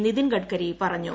നിതിൻ ഗഡ്കരി പറഞ്ഞു